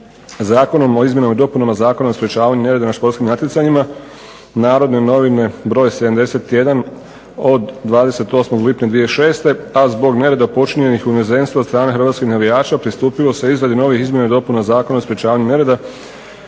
Zakonom o izmjenama i dopunama Zakona o sprečavanju nereda na športskim natjecanjima, "Narodne novine" br. 71 od 28. lipnja 2006., a zbog nereda počinjenih u inozemstvu od strane hrvatskih navijača pristupilo se izradi novih izmjena i dopuna Zakona o sprečavanju nereda